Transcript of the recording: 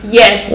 yes